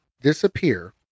disappear